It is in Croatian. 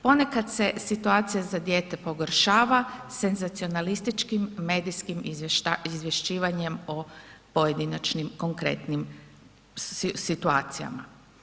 Ponekad se situacija za dijete pogoršava senzacionalističkim medijskim izvješćivanjem o pojedinačnim konkretnim situacijama.